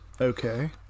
Okay